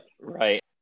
right